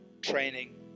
training